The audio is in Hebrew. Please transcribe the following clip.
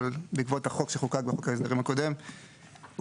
אבל בעקבות החוק שחוקק בחוק ההסדרים הקודם הוקמה